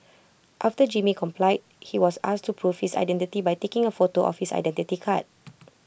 after Jimmy complied he was asked to prove his identity by taking A photo of his Identity Card